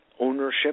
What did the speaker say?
ownership